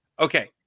Okay